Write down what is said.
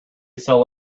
sell